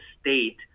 state